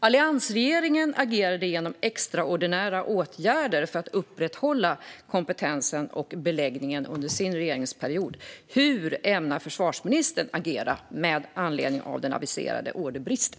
Alliansregeringen agerade genom extraordinära åtgärder för att upprätthålla kompetensen och beläggningen under sin regeringsperiod. Hur ämnar försvarsministern agera med anledning av den aviserade orderbristen?